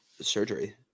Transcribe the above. surgery